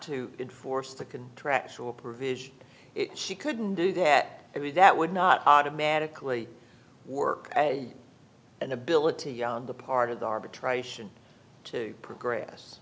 to enforce the contractual provision she couldn't do that it was that would not automatically work and an ability on the part of the arbitration to progress